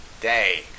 day